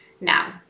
now